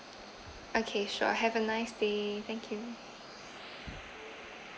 okay sure have a nice day thank you